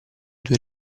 due